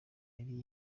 yari